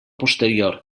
posterior